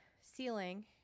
ceiling